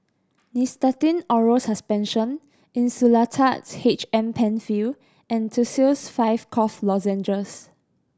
Nystatin Oral Suspension Insulatard H M Penfill and Tussils Five Cough Lozenges